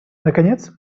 наконец